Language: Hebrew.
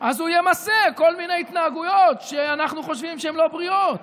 אז הוא ימסה כל מיני התנהגויות שאנחנו חושבים שהן לא בריאות.